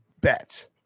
bet